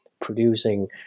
producing